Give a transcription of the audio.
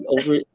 over